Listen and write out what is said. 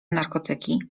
narkotyki